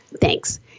Thanks